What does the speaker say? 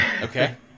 Okay